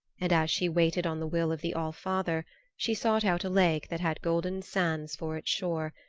and as she waited on the will of the all-father she sought out a lake that had golden sands for its shore,